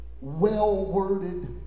well-worded